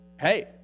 hey